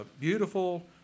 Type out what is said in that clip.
beautiful